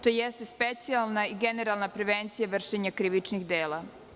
To jeste specijalna i generalna prevencija vršenja krivičnih dela.